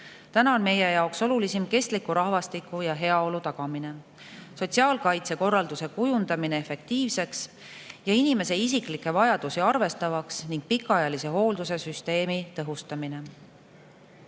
Täna on meie jaoks olulisim kestliku rahvastiku ja heaolu tagamine, sotsiaalkaitsekorralduse kujundamine efektiivseks ja inimese isiklikke vajadusi arvestavaks ning pikaajalise hoolduse süsteemi tõhustamine.